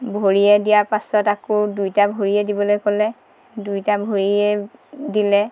ভৰিৰে দিয়া পাছত আকৌ দুইটা ভৰিৰে দিবলৈ ক'লে দুইটা ভৰিৰে দিলে